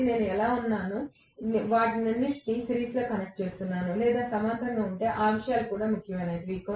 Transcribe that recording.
కాబట్టి నేను ఎలా ఉన్నానో బట్టి నేను వాటన్నింటినీ సిరీస్లో కనెక్ట్ చేస్తున్నాను లేదా సమాంతరంగా ఉంటే ఆ విషయాలు కూడా ముఖ్యమైనవి